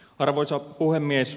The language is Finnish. arvoisa puhemies